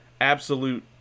absolute